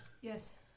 Yes